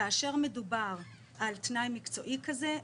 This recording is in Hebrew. כאשר מדובר על תנאי מקצועי כזה,